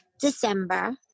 December